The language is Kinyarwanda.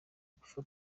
gufasha